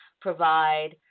provide